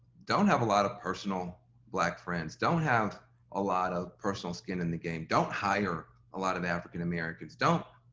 don't have a lot of personal black friends, don't have a lot of personal skin in the game, don't hire a lot of african americans, don't